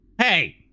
Hey